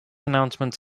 announcements